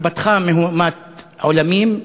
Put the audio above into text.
התפתחה מהומת עולמים,